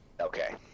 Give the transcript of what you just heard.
okay